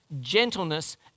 gentleness